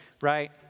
right